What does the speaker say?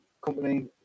company